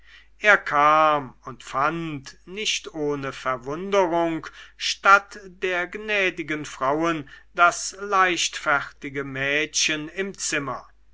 er kam und fand nicht ohne verwunderung statt der gnädigen frauen das leichtfertige mädchen im zimmer